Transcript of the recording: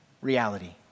reality